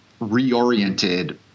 reoriented